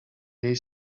jej